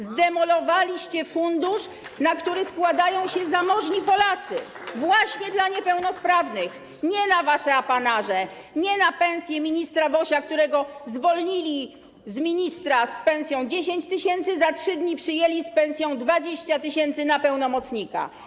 Zdemolowaliście fundusz, na który składają się zamożni Polacy właśnie dla niepełnosprawnych, nie na wasze apanaże, nie na pensje ministra Wosia, którego zwolnili ze stanowiska ministra z pensją 10 tys. i za 3 dni przyjęli z pensją 20 tys. na stanowisko pełnomocnika.